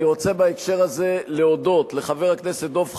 אני רוצה בהקשר הזה להודות לחבר הכנסת דב חנין,